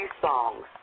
songs